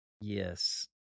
Yes